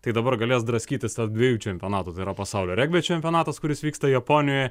tai dabar galės draskytis tarp dviejų čempionatų tai yra pasaulio regbio čempionatas kuris vyksta japonijoj